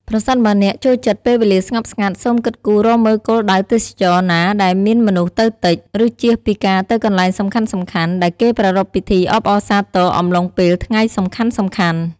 ប្រសិនបើអ្នកចូលចិត្តពេលវេលាស្ងប់ស្ងាត់ សូមគិតគូររកមើលគោលដៅទេសចរណ៍ណាដែលមានមនុស្សទៅតិច ឬចៀសពីការទៅកន្លែងសំខាន់ៗដែលគេប្រារព្ធពីធីអបអរសាទរអំឡុងពេលថ្ងៃសំខាន់ៗ។